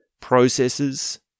processes